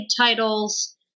titles